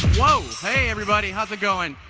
whoa! hey everybody, how's it going?